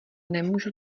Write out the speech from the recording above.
nemůžu